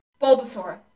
Bulbasaur